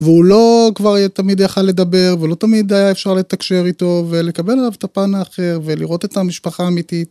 והוא לא... כבר תמיד יכל לדבר ולא תמיד היה אפשר לתקשר איתו ולקבל עליו את הפן האחר ולראות את המשפחה האמיתית.